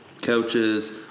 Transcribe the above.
Couches